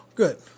good